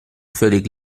völlig